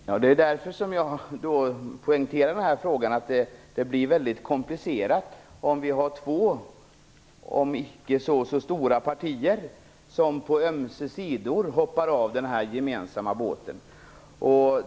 Fru talman! Det är därför som jag poängterar att det blir väldigt komplicerat om vi har två, om än icke så stora, partier som på ömse sidor hoppar av den gemensamma båten.